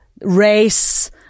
race